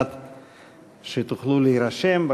ירושלים,